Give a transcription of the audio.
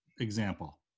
example